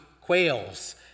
quails